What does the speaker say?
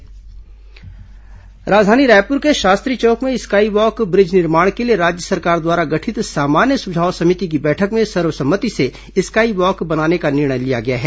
sky walk सहमति राजधानी रायपुर के शास्त्री चौक में स्काई वॉक ब्रिज निर्माण के लिए राज्य सरकार द्वारा गठित सामान्य सुझाव समिति की बैठक में सर्व सम्मति से स्काई वॉक बनाने का निर्णय लिया गया है